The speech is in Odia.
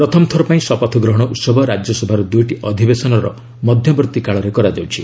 ପ୍ରଥମ ଥର ପାଇଁ ଶପଥ ଗ୍ରହଣ ଉତ୍ସବ ରାଜ୍ୟସଭାର ଦୁଇଟି ଅଧିବେଶନର ମଧ୍ୟବର୍ତ୍ତୀ କାଳରେ କରାଯାଉଛି